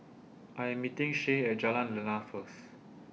I Am meeting Shae At Jalan Lana First